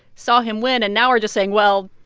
saw him win and now are just saying, well,